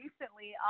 recently